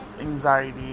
anxiety